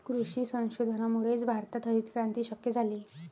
कृषी संशोधनामुळेच भारतात हरितक्रांती शक्य झाली